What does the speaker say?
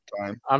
time